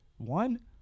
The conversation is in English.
One